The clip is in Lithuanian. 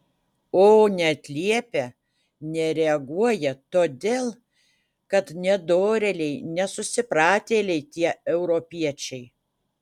o neatliepia nereaguoja todėl kad nedorėliai nesusipratėliai tie europiečiai